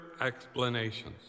explanations